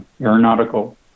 aeronautical